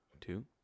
two